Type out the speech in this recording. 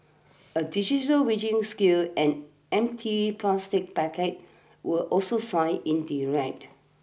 a digital weighing scale and empty plastic packets were also seized in the raid